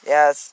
Yes